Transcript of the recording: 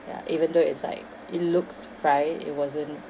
ya even though it's like it looks fried it wasn't